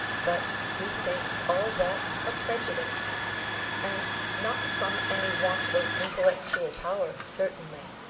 but he thinks all that a prejudice and not from any want of intellectual power certainly,